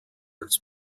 als